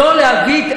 שלא להביא,